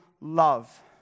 love